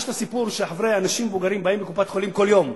יש הסיפור שאנשים מבוגרים באים לקופת-חולים כל יום.